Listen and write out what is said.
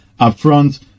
upfront